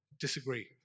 disagree